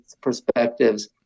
perspectives